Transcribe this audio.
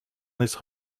his